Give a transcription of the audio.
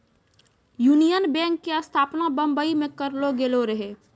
union Bank के स्थापना बंबई मे करलो गेलो रहै